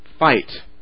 fight